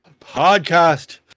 podcast